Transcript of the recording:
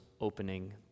opening